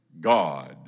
God